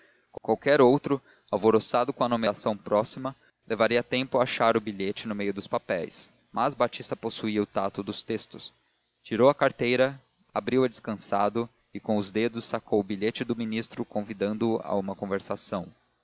qualquer outro alvoroçado com a nomeação próxima levaria tempo a achar o bilhete no meio dos papéis mas batista possuía o tato dos textos tirou a carteira abriu-a descansado e com os dedos sacou o bilhete do ministro convidando o a uma conversação